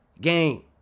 game